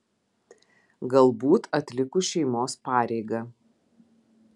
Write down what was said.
galbūt atlikus šeimos pareigą